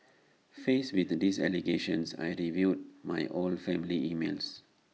faced with these allegations I reviewed my old family emails